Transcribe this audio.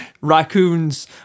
raccoons